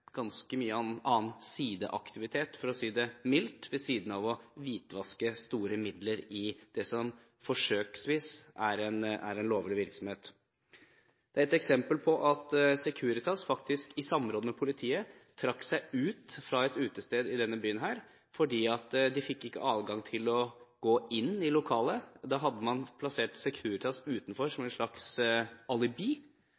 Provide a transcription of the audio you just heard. ganske mye annen sideaktivitet, for å si det mildt, ved siden av å hvitvaske store midler i det som forsøksvis er en lovlig virksomhet. Det finnes eksempel på at Securitas i samråd med politiet trakk seg ut fra et utested her i byen, fordi de ikke fikk adgang til å gå inn i lokalet. Da hadde man plassert Securitas utenfor